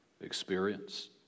experience